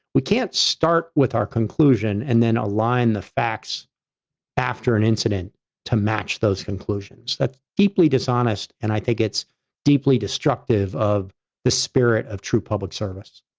we can't start with our conclusion and then align the facts after an incident to match those conclusions, that's deeply dishonest, and i think it's deeply destructive of the spirit of true public service.